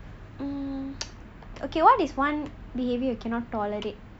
okay one is one behaviour cannot tolerate